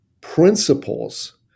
principles